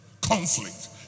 conflict